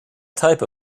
type